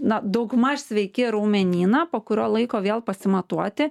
na daugmaž sveiki raumenyną po kurio laiko vėl pasimatuoti